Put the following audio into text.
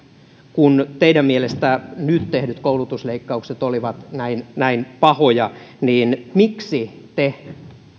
kun teidän mielestänne nyt tehdyt koulutusleikkaukset olivat näin näin pahoja niin miksi te